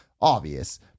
obvious